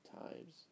times